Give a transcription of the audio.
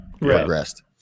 progressed